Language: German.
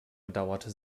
bedauerte